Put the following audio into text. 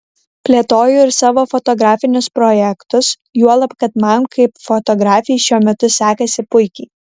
plėtoju ir savo fotografinius projektus juolab kad man kaip fotografei šiuo metu sekasi puikiai